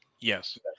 Yes